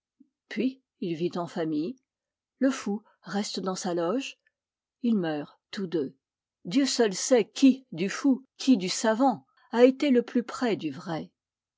puis il vit en famille le fou reste dans sa loge ils meurent tous deux dieu seul sait qui du fou qui du savant a été le plus près du vrai